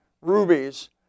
rubies